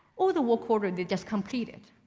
or the work order they just completed.